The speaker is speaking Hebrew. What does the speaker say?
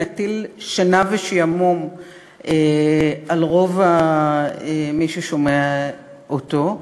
מטיל שינה ושעמום על רוב מי ששומע אותו,